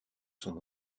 son